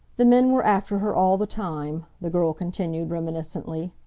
the men were after her all the time, the girl continued, reminiscently.